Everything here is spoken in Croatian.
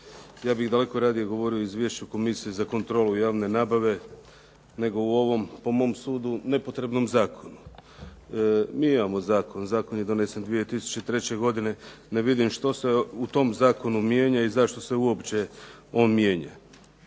Ja bih daleko radije govorio o izvješću Komisije za kontrolu javne nabave, nego o ovom po mom sudu nepotrebnom zakonu. Mi imamo zakon, zakon je donesen 2003. godine. Ne vidim što se u tom zakonu mijenja i zašto se uopće on mijenja.